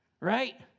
Right